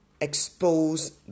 expose